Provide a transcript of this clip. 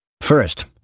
First